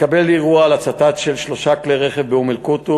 התקבל דיווח על הצתה של שלושה כלי רכב באום-אלקוטוף.